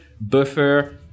Buffer